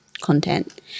content